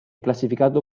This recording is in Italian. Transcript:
classificato